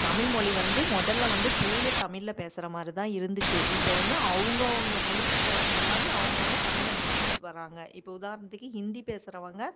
தமிழ் மொழி வந்து முதல்ல வந்து தூய தமிழ்ல பேசுகிறமாரி தான் இருந்துச்சு இப்போ வந்து அவங்கவுங்க மொழிக்கு தகுந்த மாதிரி அவங்கவுங்க தமிழை மாற்றிக்கிட்டு வராங்க இப்போ உதாரணத்துக்கு ஹிந்தி பேசுகிறவங்க